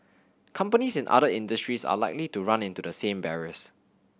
companies in other industries are likely to run into the same barriers